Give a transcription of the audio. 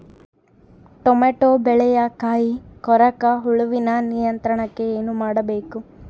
Tomato ಬೆಳೆಯ ಕಾಯಿ ಕೊರಕ ಹುಳುವಿನ ನಿಯಂತ್ರಣಕ್ಕೆ ಏನು ಮಾಡಬೇಕು?